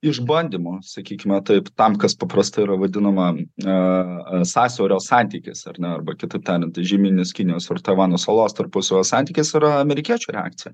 išbandymų sakykime taip tam kas paprastai yra vadinama a sąsiaurio santykis ar ne arba kitaip tariant tai žemynis kinijos ir taivano salos tarpusavio santykis yra amerikiečių reakcija